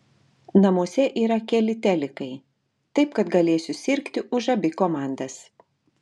namuose yra keli telikai taip kad galėsiu sirgti už abi komandas